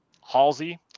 Halsey